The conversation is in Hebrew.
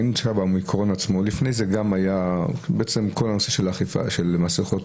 כל הנושא של מסכות,